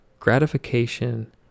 gratification